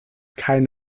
kein